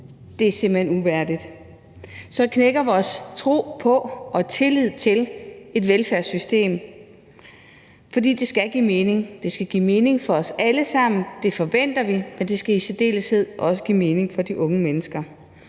er simpelt hen uværdigt. Så knækker vores tro på og tillid til et velfærdssystem, for det skal give mening. Det skal give mening for os alle sammen – det forventer vi – men det skal i særdeleshed også give mening for de unge mennesker.